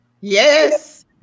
Yes